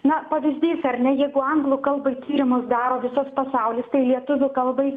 na pavyzdys ar ne jeigu anglų kalbai tyrimus daro visas pasaulis tai lietuvių kalbai